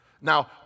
Now